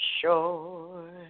sure